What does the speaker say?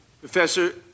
Professor